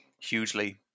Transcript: hugely